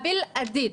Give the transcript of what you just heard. הבלעדית